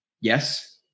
Yes